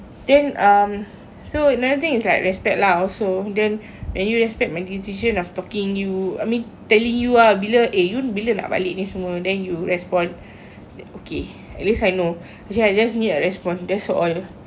then um so another thing is like respect lah also then when you respect my decision of talking you I mean telling you ah bila eh you ni bila nak balik ni semua then you respond okay at least I know actually I just need a respond that's all